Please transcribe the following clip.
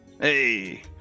hey